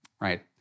Right